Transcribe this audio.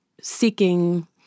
seeking